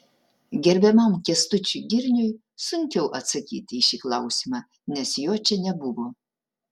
gerbiamam kęstučiui girniui sunkiau atsakyti į šį klausimą nes jo čia nebuvo